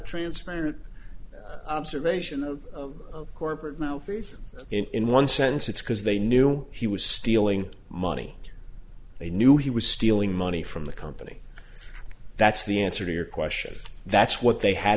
transparent observation of corporate malfeasance in one sense it's because they knew he was stealing money they knew he was stealing money from the company that's the answer to your question that's what they had